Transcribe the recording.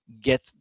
get